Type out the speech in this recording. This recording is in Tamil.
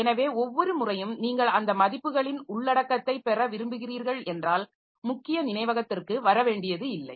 எனவே ஒவ்வொரு முறையும் நீங்கள் அந்த மதிப்புகளின் உள்ளடக்கத்தைப் பெற விரும்புகிறீர்கள் என்றால் முக்கிய நினைவகத்திற்கு வர வேண்டியதில்லை